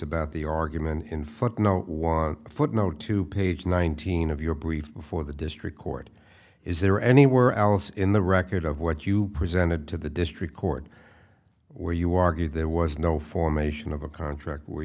about the argument in footnote one footnote to page nineteen of your brief before the district court is there anywhere else in the record of what you presented to the district court where you argued there was no formation of a contract where